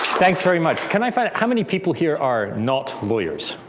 thanks very much. can i find out how many people here are not lawyers?